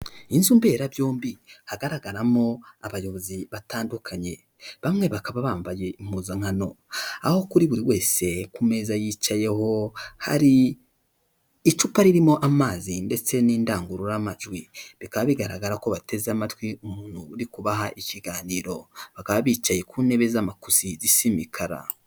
Inzu mberabyombi hagaragaramo abayobozi batandukanye. Bamwe bakaba bambaye impuzankano. Aho kuri buri wese ku meza yicayeho, hari icupa ririmo amazi ndetse n'indangururamajwi. Bikaba bigaragara ko bateze amatwi umuntu uri kubaha ikiganiro. Bakaba bicaye ku ntebe z'amakusi zisa imikara.